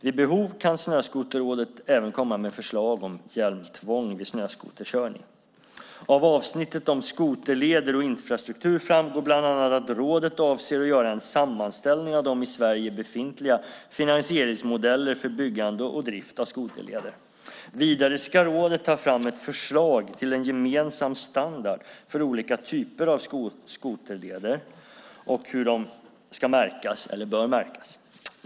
Vid behov kan Snöskoterrådet även komma med förslag om hjälmtvång vid snöskoterkörning. Av avsnittet om skoterleder och infrastruktur framgår bland annat att rådet avser att göra en sammanställning av i Sverige befintliga finansieringsmodeller för byggande och drift av skoterleder. Vidare ska rådet ta fram ett förslag till en gemensam standard för olika typer av skoterleder och hur de ska märkas eller bör märkas.